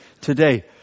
today